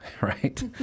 Right